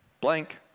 blank